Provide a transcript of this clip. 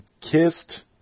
Kissed